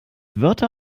wörter